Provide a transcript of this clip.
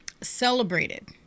celebrated